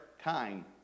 time